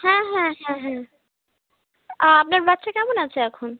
হ্যাঁ হ্যাঁ হ্যাঁ হ্যাঁ আপনার বাচ্চা কেমন আছে এখন